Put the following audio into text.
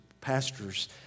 pastors